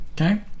okay